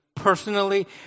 Personally